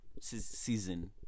season